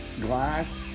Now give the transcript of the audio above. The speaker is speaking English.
glass